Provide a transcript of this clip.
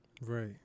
Right